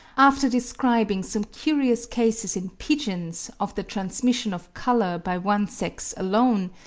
after describing some curious cases in pigeons, of the transmission of colour by one sex alone,